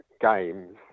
games